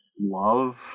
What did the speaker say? love